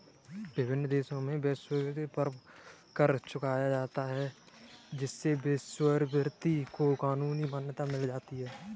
विभिन्न देशों में वेश्यावृत्ति पर कर चुकाया जाता है जिससे वेश्यावृत्ति को कानूनी मान्यता मिल जाती है